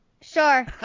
Sure